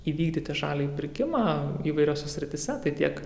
įvykdyti žaliąjį pirkimą įvairiose srityse tai tiek